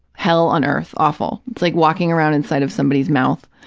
hell-on-earth awful. it's like walking around inside of somebody's mouth.